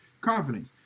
confidence